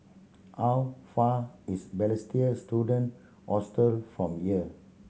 how far is Balestier Student Hostel from here